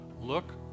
look